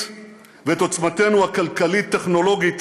ואת עוצמתנו הכלכלית-טכנולוגית,